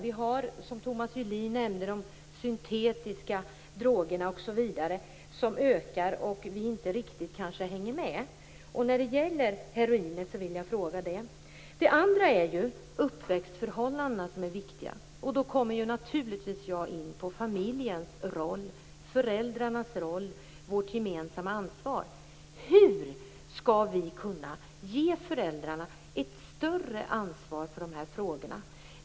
Thomas Julin nämnde att de syntetiska drogerna ökar. Vi kanske inte riktigt hänger med där. Uppväxtförhållandena är också viktiga. Då kommer jag naturligtvis in på familjens roll, föräldrarnas roll och vårt gemensamma ansvar. Hur skall vi kunna ge föräldrarna ett större ansvar för dessa frågor?